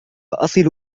أصل